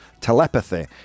Telepathy